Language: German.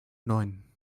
neun